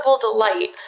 delight